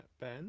Ben